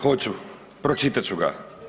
Hoću, pročitat ću ga.